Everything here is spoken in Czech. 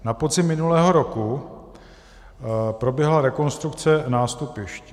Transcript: Na podzim minulého roku proběhla rekonstrukce nástupišť.